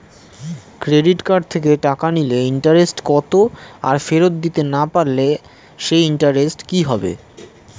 Credit card থেকে টাকা নিলে ইন্টারেস্ট কত আর ফেরত দিতে না পারলে সেই ইন্টারেস্ট কি হবে?